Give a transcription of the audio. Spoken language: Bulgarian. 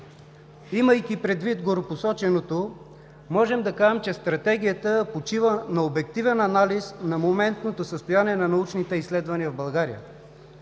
Имайки предвид горепосоченото, може да кажем, че Стратегията почива на обективен анализ на моментното състояние на научните изследвания в България.